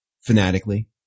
fanatically